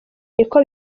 niko